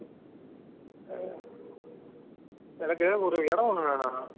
எனக்கு ஒரு இடம் ஒன்று வேணும்